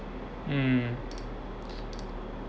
mm